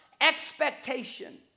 expectation